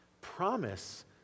promise